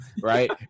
right